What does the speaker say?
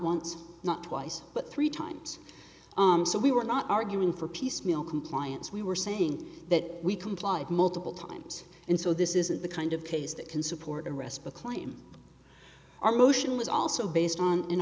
once not twice but three times so we were not arguing for piecemeal compliance we were saying that we complied multiple times and so this isn't the kind of case that can support an arrest but claim our motion was also based on an